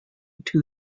two